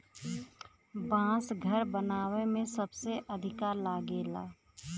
बांस घर बनावे में सबसे अधिका लागेला